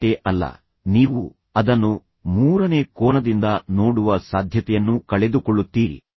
ಅದಷ್ಟೇ ಅಲ್ಲ ನೀವು ಅದನ್ನು ಮೂರನೇ ಕೋನದಿಂದ ನೋಡುವ ಸಾಧ್ಯತೆಯನ್ನೂ ಕಳೆದುಕೊಳ್ಳುತ್ತೀರಿ